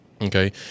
okay